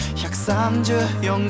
134